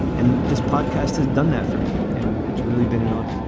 and this podcast has done that for me and it's really been an honor.